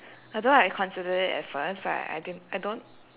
although like I considered it at first but like I I didn't I don't